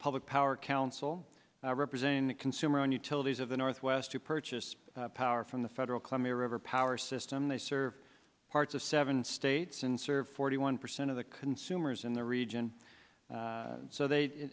public power council representing the consumer on utilities of the northwest to purchase power from the federal columbia river power system they serve parts of seven states and serve forty one percent of the consumers in the region so they